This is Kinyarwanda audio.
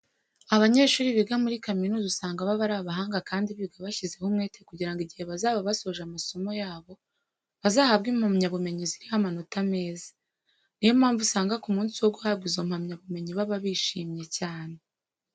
Abanyeshuri biga muri kaminuza usanga baba ari abahanga kandi biga bashyizeho umwete kugira ngo igihe bazaba basoje amasomo yabo bazahabwe impamyabumenyi ziriho amanota meza. Niyo mpamvu usanga ku munsi wo guhabwa izo mpamyabumenyi baba bishimye cyane.